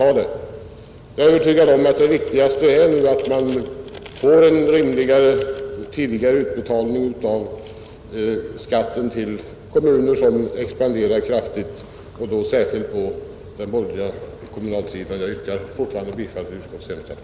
Jag är övertygad om att det riktigaste är att man får en rimligare och tidigare utbetalning av skattemedel till kommuner som expanderar kraftigt och då särskilt till den borgerliga kommunen. Jag yrkar fortfarande bifall till utskottets hemställan.